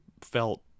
felt